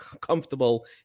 comfortable